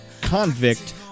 convict